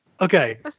Okay